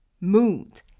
mood